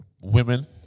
women